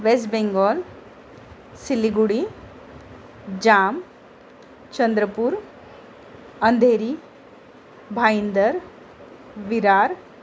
waste Bengal Siliguri जाम चंद्रपूर अंधेरी भाईंदर विरार